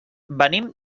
venim